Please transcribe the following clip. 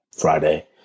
Friday